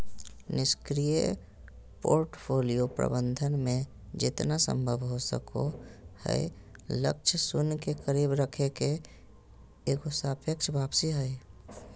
निष्क्रिय पोर्टफोलियो प्रबंधन मे जेतना संभव हो सको हय लक्ष्य शून्य के करीब रखे के एगो सापेक्ष वापसी हय